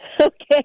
okay